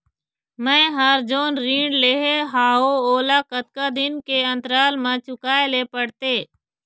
मैं हर जोन ऋण लेहे हाओ ओला कतका दिन के अंतराल मा चुकाए ले पड़ते?